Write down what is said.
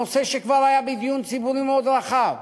נושא שכבר היה בדיון ציבורי מאוד רחב,